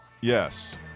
Yes